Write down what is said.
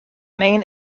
main